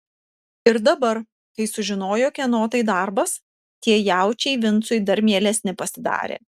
ir dabar kai sužinojo kieno tai darbas tie jaučiai vincui dar mielesni pasidarė